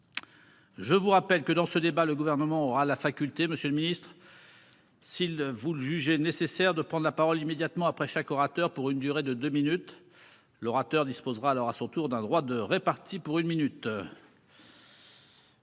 Je vous rappelle que dans ce débat, le gouvernement aura la faculté. Monsieur le Ministre. Si vous le jugeait nécessaire de prendre la parole immédiatement après chaque orateur pour une durée de deux minutes. L'orateur disposera alors à son tour d'un droit de répartis pour une minute.